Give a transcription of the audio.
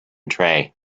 tray